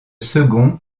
second